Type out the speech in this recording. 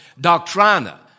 doctrina